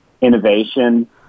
innovation